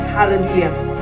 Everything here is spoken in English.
Hallelujah